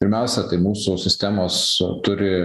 pirmiausia tai mūsų sistemos turi